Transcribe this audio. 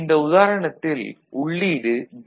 இந்த உதாரணத்தில் உள்ளீடு பி